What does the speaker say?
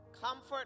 comfort